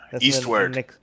Eastward